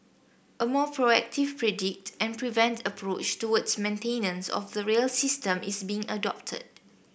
a more proactive predict and prevent approach towards maintenance of the rail system is being adopted